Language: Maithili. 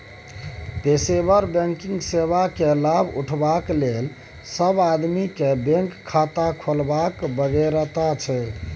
पेशेवर बैंकिंग सेवा केर लाभ उठेबाक लेल सब आदमी केँ बैंक खाता खोलबाक बेगरता छै